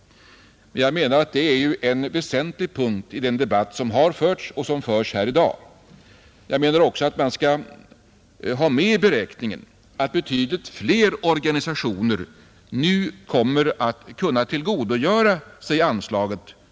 Men jag anser att detta är en väsentlig punkt i den debatt som förts och som förs här i dag. Jag anser också att man skall ta med i beräkningen att betydligt fler organisationer nu kommer att kunna tillgodogöra sig anslaget.